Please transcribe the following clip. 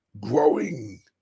growing